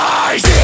eyes